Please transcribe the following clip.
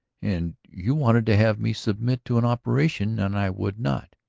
and you wanted to have me submit to an operation? and i would not?